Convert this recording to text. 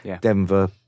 Denver